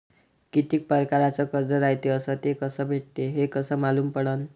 कितीक परकारचं कर्ज रायते अस ते कस भेटते, हे कस मालूम पडनं?